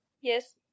Yes